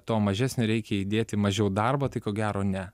to mažesnio reikia įdėti mažiau darbo tai ko gero ne